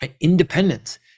independence